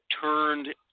turned